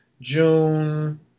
June